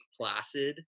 placid